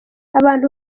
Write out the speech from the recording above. abantu